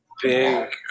Big